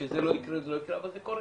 שזה לא יקרה אבל זה קורה.